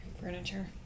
Furniture